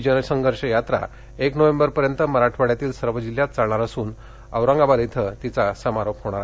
ही जनसंघर्ष यात्रा एक नोव्हेंबर पर्यंत मराठवाड्यातील सर्व जिल्ह्यात चालणार असून औरंगाबाद इथ तिचा समारोप होणार आहे